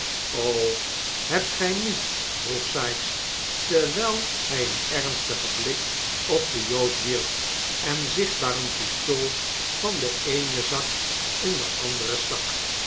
hebt gij niet vroeg sikes terwijl hij een ernstigen blik op den jood wierp en zichtbaar een pistool van den eenen zak in den anderen stak